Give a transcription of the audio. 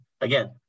again